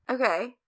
Okay